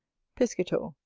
piscator.